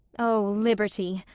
o liberty,